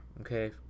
Okay